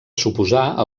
suposar